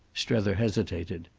strether hesitated.